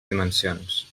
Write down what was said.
dimensions